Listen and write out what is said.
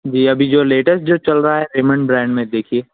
جی ابھی جو لیٹسٹ جو چل رہا ہے ریمنڈ برانڈ میں دیکھیے